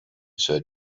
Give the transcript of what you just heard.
said